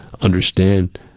understand